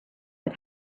had